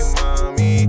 mommy